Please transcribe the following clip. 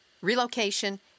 relocation